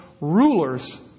rulers